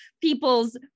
people's